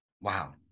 Wow